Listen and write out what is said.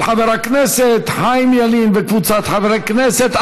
של חבר הכנסת חיים ילין וקבוצת חברי הכנסת.